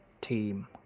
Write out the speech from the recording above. team